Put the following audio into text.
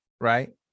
Right